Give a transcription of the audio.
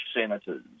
senators